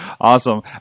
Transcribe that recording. Awesome